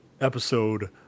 episode